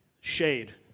shade